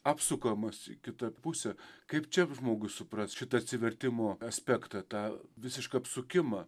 apsukamas į kitą pusę kaip čia žmogui suprast šitą atsivertimo aspektą tą visišką apsukimą